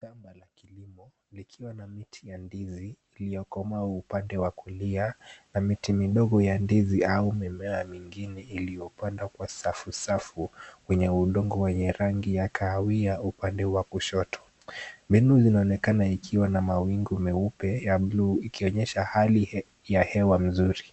Shamba la kilimo likiwa na miti ya ndizi iliokomaa upande wa kulia na miti midogo ya ndizi au mimea mingine iliyopandwa kwa safu safu wenye udongo wenye rangi ya kahawia upande wa kushoto. Mbingu inaonekana zikiwa na mawingu meupe ya buluu ikionyesha hali ya hewa mzuri.